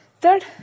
Third